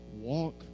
walk